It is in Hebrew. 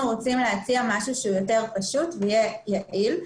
רוצים להציע משהו שהוא יותר פשוט ויהיה יעיל.